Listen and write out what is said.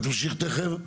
אתה תמשיך תיכף.